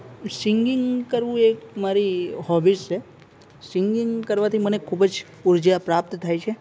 singing કરવું એક મારી હોબી છે સિંગિંગ કરવાથી મને ખૂબ જ ઉર્જા પ્રાપ્ત થાય છે